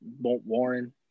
Warren